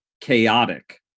chaotic